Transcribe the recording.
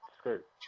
skirt